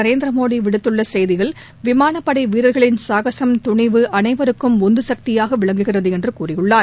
நரேந்திரமோடி விடுத்துள்ள செய்தியில் விமானப்படை வீரர்களின் சாகசம் துணிவு அனைவருக்கும் உந்து சக்தியாக விளங்குகிறது என்றுகூறியுள்ளார்